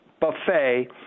buffet